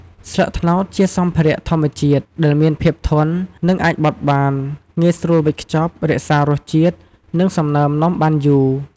ស្លឹកត្នោតជាសម្ភារៈធម្មជាតិ ដែលមានភាពធន និងអាចបត់បាន ងាយស្រួលវេចខ្ចប់ រក្សារសជាតិ និងសំណើមនំបានយូរ។